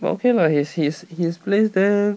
but okay lah his his his place there